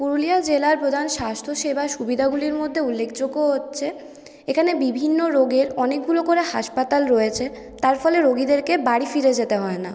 পুরুলিয়া জেলার প্রধান স্বাস্থ্যসেবা সুবিধাগুলির মধ্যে উল্লেখযোগ্য হচ্ছে এখানে বিভিন্ন রোগের অনেকগুলো করে হাসপাতাল রয়েছে তার ফলে রোগীদেরকে বাড়ি ফিরে যেতে হয় না